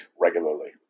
regularly